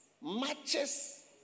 matches